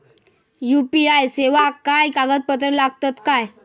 UPI सेवाक काय कागदपत्र लागतत काय?